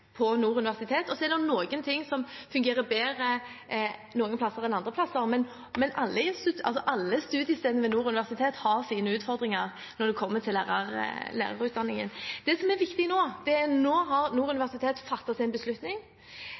Så er det noe som fungerer bedre noen plasser enn andre plasser, men alle studiestedene ved Nord universitet har sine utfordringer når det gjelder lærerutdanningen. Det som er viktig nå, er at nå har Nord universitet fattet en beslutning.